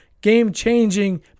game-changing